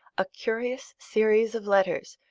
a curious series of letters,